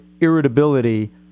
irritability